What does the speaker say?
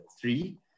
three